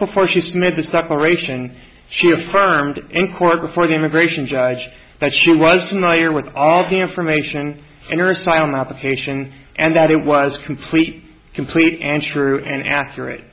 before she's made the stock aeration she affirmed in court before the immigration judge that she was familiar with all the information in your asylum application and that it was completely complete and true and accurate